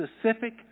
specific